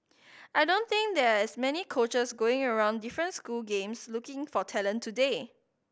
I don't think there are as many coaches going around different school games looking for talent today